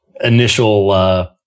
initial